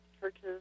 churches